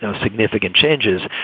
and significant changes.